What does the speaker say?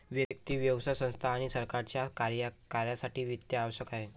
व्यक्ती, व्यवसाय संस्था आणि सरकारच्या कार्यासाठी वित्त आवश्यक आहे